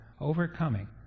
overcoming